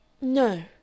No